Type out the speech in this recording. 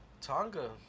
Tonga